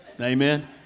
Amen